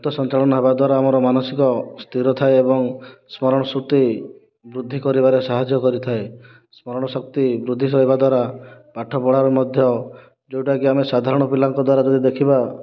ରକ୍ତସଞ୍ଚାଳନ ହେବାଦ୍ୱାରା ଆମର ମାନସିକ ସ୍ଥିର ଥାଏ ଏବଂ ସ୍ମରଣସ୍ମୃତି ବୃଦ୍ଧି କରିବାରେ ସାହାଯ୍ୟ କରିଥାଏ ସ୍ମରଣଶକ୍ତି ବୃଦ୍ଧି ରହିବାଦ୍ୱାରା ପାଠପଢ଼ାରେ ମଧ୍ୟ ଯେଉଁଟା କି ଆମେ ସାଧାରଣ ପିଲାଙ୍କ ଦ୍ୱାରା ଯଦି ଦେଖିବା